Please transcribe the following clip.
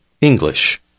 English